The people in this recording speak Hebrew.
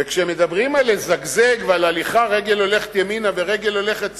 וכשמדברים על לזגזג ועל רגל הולכת ימינה ורגל הולכת שמאלה,